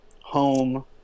Home